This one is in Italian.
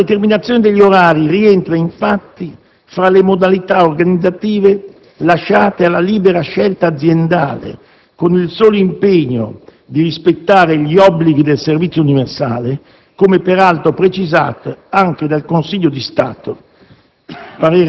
La determinazione degli orari rientra, infatti, fra le modalità organizzative lasciate alla libera scelta aziendale, con il solo impegno di rispettare gli obblighi del servizio universale, come, peraltro, precisato anche dal Consiglio di Stato